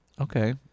Okay